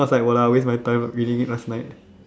so I was like !walao! waste my time reading it last night